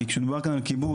כי כשמדובר כאן על כיבוש,